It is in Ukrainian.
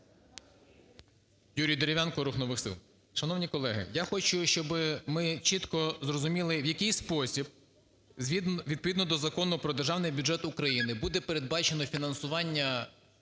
Юрій Дерев'янко, "Рух нових сил".